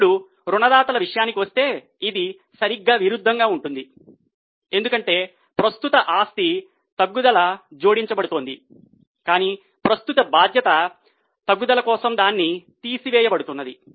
ఇప్పుడు రుణదాతల విషయానికి వస్తే ఇది సరిగ్గా విరుద్ధంగా ఉంటుంది ఎందుకంటే ప్రస్తుత ఆస్తి తగ్గుదల జోడించబడుతోంది కానీ ప్రస్తుత బాధ్యత తగ్గుదల కోసం దాన్ని తీసివేయబడుతుంది